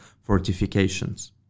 fortifications